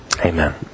Amen